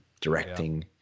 directing